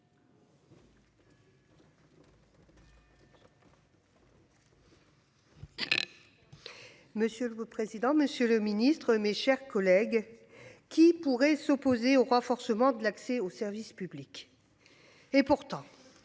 Monsieur le président, Monsieur le Ministre, mes chers collègues. Qui pourrait s'opposer au renforcement de l'accès au services public. Et pourtant.